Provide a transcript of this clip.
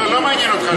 לא, לא מעניין אותך.